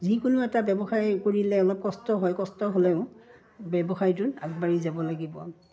যিকোনো এটা ব্যৱসায় কৰিলে অলপ কষ্ট হয় কষ্ট হ'লেও ব্যৱসায়টোত আগবাঢ়ি যাব লাগিব